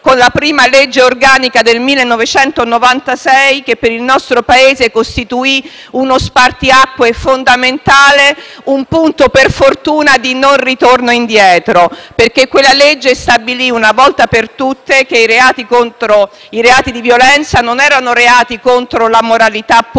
con la prima legge organica del 1996, che per il nostro Paese costituì uno spartiacque fondamentale, un punto, per fortuna, di non ritorno, perché quella legge stabilì una volta per tutte che i reati di violenza non erano reati contro la moralità pubblica